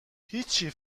هیچی